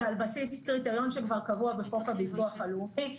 זה על בסיס קריטריון שכבר קבוע בחוק הביטוח הלאומי,